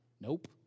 Nope